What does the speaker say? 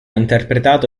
interpretato